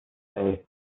hey